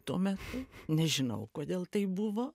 tuo metu nežinau kodėl taip buvo